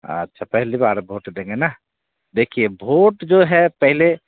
आच्छा पहली बार भोट देंगे न देखिए भोट जो है पहले